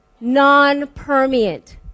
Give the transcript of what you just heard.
non-permeant